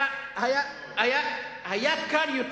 אתה מאוד אמיץ.